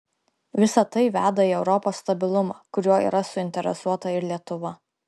visa tai veda į europos stabilumą kuriuo yra suinteresuota ir lietuva